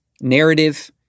narrative